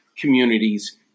communities